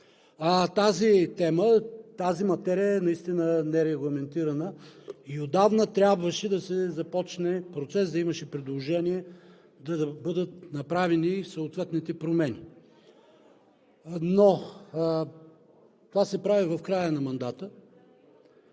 тази тема, тази материя наистина е нерегламентирана и отдавна трябваше да се започне процес, да имаше предложение да бъдат направени съответните промени. Това се прави в края на мандата.